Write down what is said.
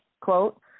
quote